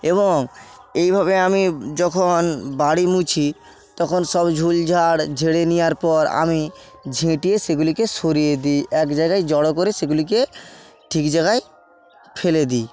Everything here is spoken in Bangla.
এবং এইভাবে আমি যখন বাড়ি মুছি তখন সব ঝুলঝাড় ঝেড়ে নেওয়ার পর আমি ঝেঁটিয়ে সেগুলিকে সরিয়ে দিই এক জায়গায় জড়ো করে সেগুলিকে ঠিক জায়গায় ফেলে দিই